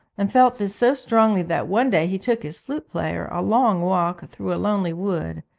and felt this so strongly that one day he took his flute-player a long walk through a lonely wood,